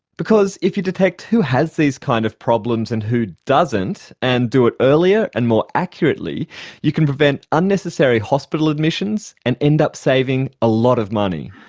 because if you detect who has these kind of problems and who doesn't and do it earlier and more accurately you can prevent unnecessary hospital admissions and end up saving a lot of money.